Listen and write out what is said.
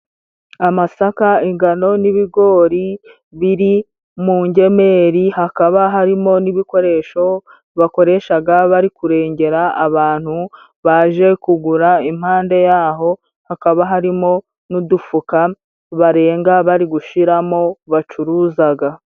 Amasaka, ingano n'ibigori biri mu ngemeri, hakaba harimo n'ibikoresho bakoreshaga bari kurengera abantu. Baje kugura, impande yaho hakaba harimo n'udufuka barenga, bari gushiramo, bacuruzaga.